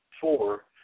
four